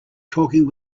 talking